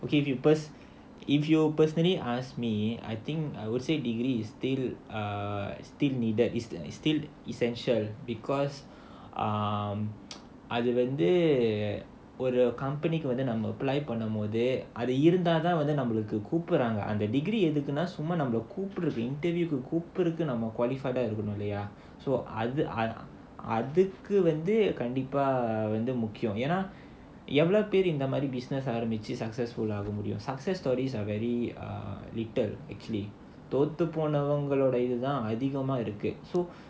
okay pupils if you personally ask me I think I would say degree is still err still needed is still essential because அது வந்து ஒரு:adhu vandhu oru company கு நாம:ku naama apply பண்ணும்போது அது இருந்தாதான் நமக்கு கூப்பிட்றாங்க:pannumpothu adhu irunthaathaan namakku koopdraanga degree எதுக்குன்னா நம்மள கூப்பிட்றதுக்கு:edhukkunaa nammala koopdrathukku business ஆரம்பிச்சி:arambichi success stories are very err little actually தோத்து போனவங்களோட இது தான் அதிகமா இருக்கு:thothu ponavangaloda idhuthaan adhigamaa irukku